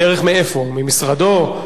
בדרך מאיפה, ממשרדו?